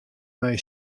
mei